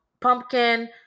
pumpkin